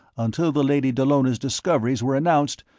until the lady dallona's discoveries were announced,